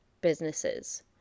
businesses